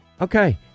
Okay